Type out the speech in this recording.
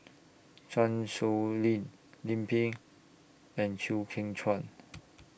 Chan Sow Lin Lim Pin and Chew Kheng Chuan